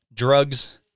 Drugs